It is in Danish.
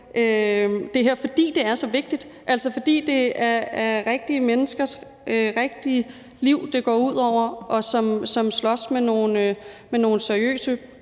det her. Fordi det er så vigtigt, fordi det er rigtige menneskers rigtige liv, det går ud over, og hvor man slås med nogle seriøse